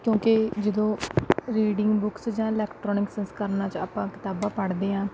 ਕਿਉਂਕਿ ਜਦੋਂ reading books ਜਾਂ ਇਲੈਕਟਰੋਨਿਕਸ ਸੰਸਕਰਣ 'ਚ ਆਪਾਂ ਕਿਤਾਬਾਂ ਪੜ੍ਹਦੇ ਹਾਂ